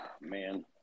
man